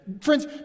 Friends